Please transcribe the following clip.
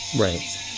right